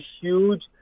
huge